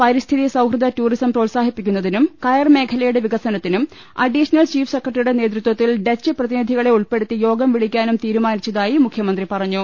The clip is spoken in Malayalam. പരിസ്ഥിതി സൌഹൃദ ടൂറിസം പ്രോത്സാഹിപ്പിക്കുന്നതിനും കയർ മേഖലയുടെ പ്രികസനത്തിനും അഡീഷണൽ ചീഫ് സെക്രട്ടറിയുടെ നേതൃത്വത്തിൽ ഡച്ച് പ്രതിനിധികളെ ഉൾപ്പെ ടുത്തി യോഗം വിളിക്കാനും തീരുമാനിച്ചതായി മുഖ്യമന്ത്രി പറഞ്ഞു